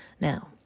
Now